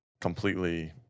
completely